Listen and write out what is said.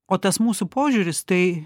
o tas mūsų požiūris tai